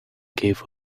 gave